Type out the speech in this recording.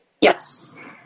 Yes